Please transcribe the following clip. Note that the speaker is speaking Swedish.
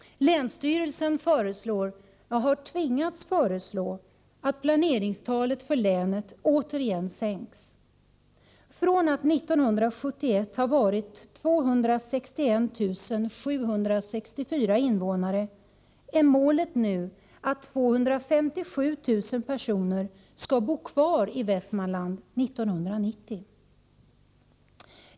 Länsstyrelsen föreslår — ja, har tvingats föreslå — att planeringstalet för länet återigen sänks. Från att 1971 ha varit 261 764 invånare är målet nu att 257 000 personer skall bo kvar i Västmanland 1990.